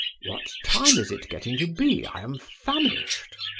what time is it getting to be? i am famished,